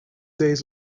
days